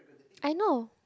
I know